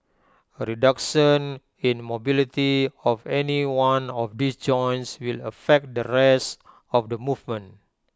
A reduction in mobility of any one of these joints will affect the rest of the movement